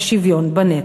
את השוויון בנטל.